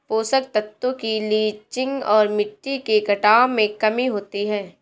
पोषक तत्वों की लीचिंग और मिट्टी के कटाव में कमी होती है